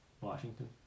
Washington